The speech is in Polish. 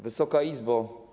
Wysoka Izbo!